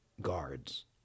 guards